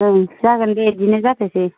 ओं जागोन दे बिदिनो जाथोंसै